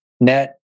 net